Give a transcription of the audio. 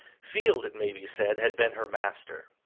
field, it may be said, had been her master.